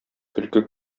көлке